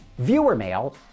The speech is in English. viewermail